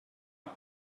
همه